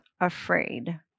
afraid